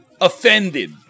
Offended